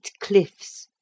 cliffs